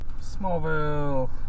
smallville